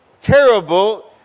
terrible